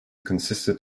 consisted